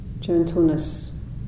gentleness